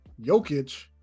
Jokic